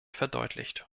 verdeutlicht